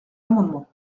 amendement